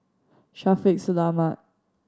Shaffiq Selamat